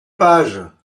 page